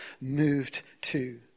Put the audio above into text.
moved-to